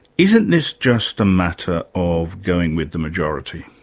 isn't this just a matter of going with the majority?